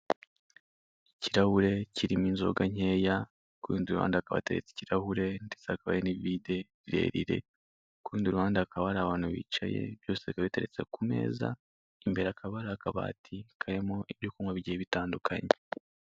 Ikirahure kirimo inzoga nkeya, ku rundi ruhande hakaba hateretse ikirahure ndetse hakaba hari n'ivide rirerire. Ku rundi ruhande hakaba hari abantu biceye, byose bikaba biteretse mu meza, imbere hakaba hari akabati karimo ibyo kunywa bigiye bitandukanye.